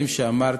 הדברים שאמרת.